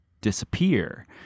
disappear